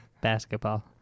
Basketball